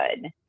good